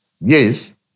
yes